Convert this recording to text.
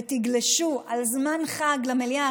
ותגלשו על זמן חג במליאה,